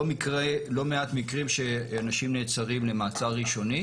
לא מעט מקרים שאנשים נעצרים למעצר ראשוני